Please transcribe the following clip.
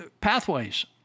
Pathways